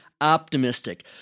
optimistic